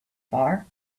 bar